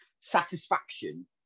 satisfaction